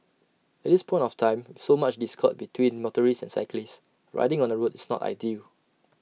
at this point of time so much discord between motorists and cyclists riding on the road is not ideal